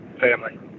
family